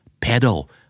Pedal